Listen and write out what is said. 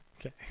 Okay